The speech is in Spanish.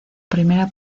primera